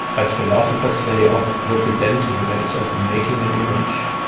as philosophers say, of representing, that is of making an image,